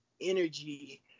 energy